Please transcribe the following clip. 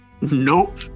nope